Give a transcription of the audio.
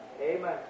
Amen